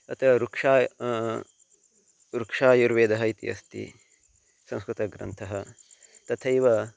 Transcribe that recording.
अत वृक्षाय वृक्षायुर्वेदः इत्यस्ति संस्कृतग्रन्थः तथैव